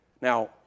Now